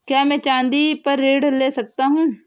क्या मैं चाँदी पर ऋण ले सकता हूँ?